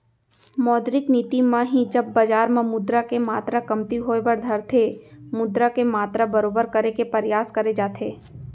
मौद्रिक नीति म ही जब बजार म मुद्रा के मातरा कमती होय बर धरथे मुद्रा के मातरा बरोबर करे के परयास करे जाथे